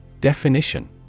Definition